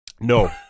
No